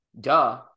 duh